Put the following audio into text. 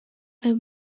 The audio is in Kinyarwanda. ayo